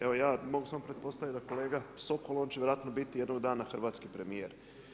Evo, ja mogu samo pretpostaviti, da kolega Sokol, on će vjerojatno biti jednog dana hrvatski premjer.